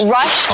Rush